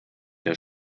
der